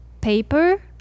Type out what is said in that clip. paper